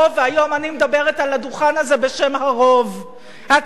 היום אני מדברת על הדוכן הזה בשם הרוב הציוני,